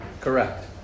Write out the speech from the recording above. Correct